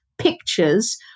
pictures